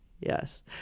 yes